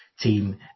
team